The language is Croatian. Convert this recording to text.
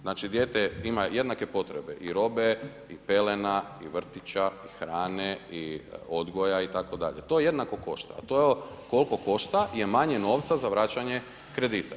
Znači dijete ima jednake potrebe i robe i pelena i vrtića i hrane i odgoja itd., to jednako košta, a to koliko košta je manje novca za vraćanje kredita.